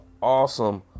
awesome